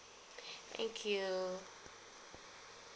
thank you